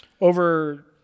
Over